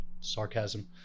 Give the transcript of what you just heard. sarcasm